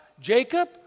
Jacob